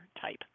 type